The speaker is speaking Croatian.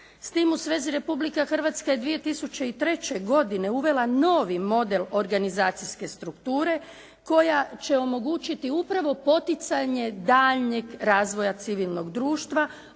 S tim u svezi Republika Hrvatska je 2003. godine uvela novi model organizacijske strukture koja će omogućiti upravo poticanje daljnjeg razvoja civilnog društva